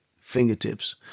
fingertips